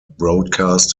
broadcast